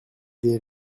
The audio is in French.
des